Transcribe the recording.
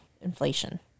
inflation